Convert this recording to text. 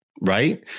right